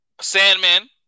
Sandman